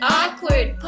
awkward